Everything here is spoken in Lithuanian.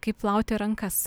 kaip plauti rankas